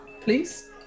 please